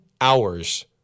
hours